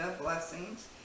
Blessings